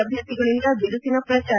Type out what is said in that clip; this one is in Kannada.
ಅಭ್ಯರ್ಥಿಗಳಿಂದ ಬಿರುಸಿನ ಪ್ರಚಾರ